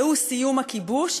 והוא סיום הכיבוש,